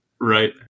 Right